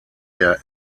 der